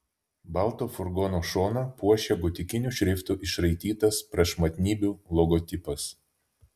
balto furgono šoną puošė gotikiniu šriftu išraitytas prašmatnybių logotipas